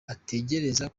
ategereza